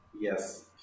Yes